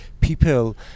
people